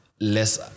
less